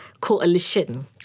coalition